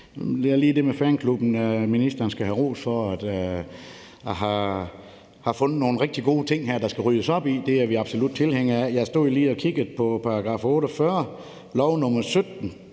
der er lige det med fanklubben. Ministeren skal have ros for, at han har fundet nogle rigtig gode ting, der skal ryddes op i. Det er vi absolut tilhængere af. Jeg stod lige og kiggede på § 48, der lyder